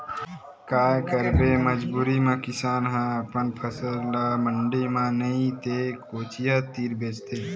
काये करबे मजबूरी म किसान ह अपन फसल ल मंडी म नइ ते कोचिया तीर बेचथे